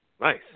Nice